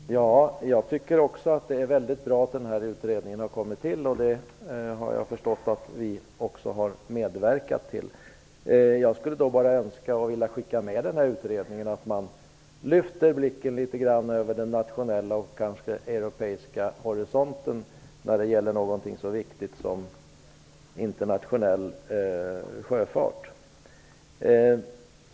Fru talman! Jag tycker också att det är bra att utredningen har tillsatts, vilket jag har förstått är något som även vi nydemokrater har medverkat till. Jag vill bara skicka med utredarna att de skall lyfta blicken litet grand bortom den nationella och kanske europeiska horisonten när det gäller något så viktigt som internationell sjöfart.